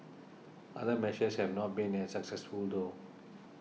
other measures have not been as successful though